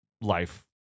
life